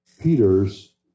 Peter's